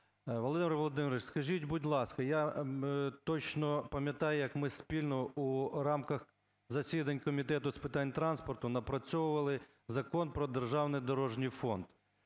Володимир Володимирович, скажіть, будь ласка, я точно пам'ятаю, як ми спільно у рамках засідань Комітету з питань транспорту напрацьовували Закон про державний дорожній фонд,